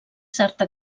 certa